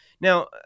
Now